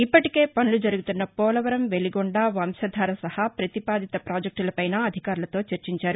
ఇప్పటికే పనులు జరుగుతున్న పోలవరం వెలిగొండ వంశధార సహా ప్రతిపాదిత పాజెక్టులపైనా అధికారులతో చర్చించారు